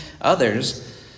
others